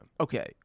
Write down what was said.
Okay